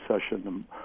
session